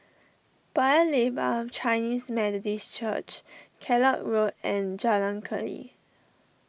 Paya Lebar Chinese Methodist Church Kellock Road and Jalan Keli